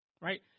right